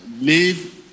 leave